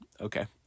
Okay